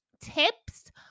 tips